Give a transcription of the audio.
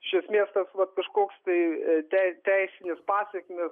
iš esmės tas vat kažkoks tai tei teisinės pasekmės